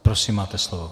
Prosím, máte slovo.